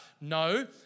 No